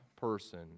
person